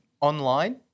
online